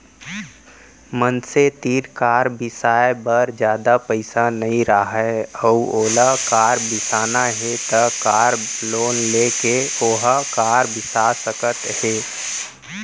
मनसे तीर कार बिसाए बर जादा पइसा नइ राहय अउ ओला कार बिसाना हे त कार लोन लेके ओहा कार बिसा सकत हे